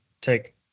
take